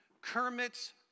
Kermit's